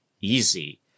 easy